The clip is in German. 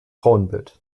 frauenbild